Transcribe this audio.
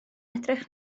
edrych